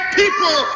people